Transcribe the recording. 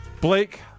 Blake